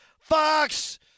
Fox